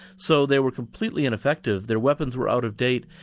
so they were completely ineffective. their weapons were out of date,